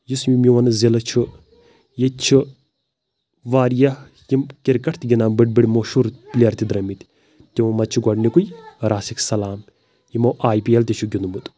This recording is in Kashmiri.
یُس میون ضِلہٕ چھُ ییٚتہِ چھُ واریاہ تِم کِرکَٹ تہِ گِنٛدان بٔڈۍ بٔڈۍ مشہوٗر پٕلیر تہِ درٲمٕتۍ تِمو منٛز چھُ گۄڈنِکُے راسِک سَلام یِمو آیی پی اٮ۪ل تہِ چھُ گِنٛدمُت